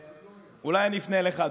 אולי אני אפנה אליך,